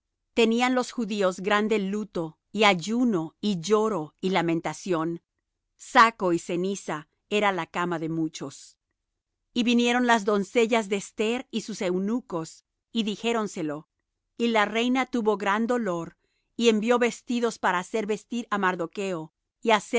tenían los judíos grande luto y ayuno y lloro y lamentación saco y ceniza era la cama de muchos y vinieron las doncellas de esther y sus eunucos y dijéronselo y la reina tuvo gran dolor y envió vestidos para hacer vestir á mardocho